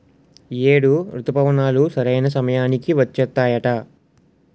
ఈ ఏడు రుతుపవనాలు సరైన సమయానికి వచ్చేత్తాయట